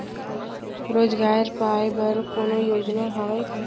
रोजगार पाए बर कोनो योजना हवय का?